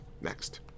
Next